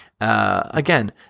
Again